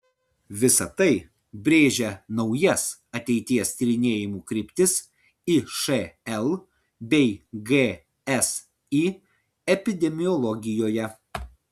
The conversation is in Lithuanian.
visa tai brėžia naujas ateities tyrinėjimų kryptis išl bei gsi epidemiologijoje